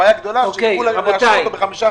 הבעיה הגדולה היא שיצטרכו לאשר בחמישה